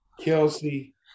Kelsey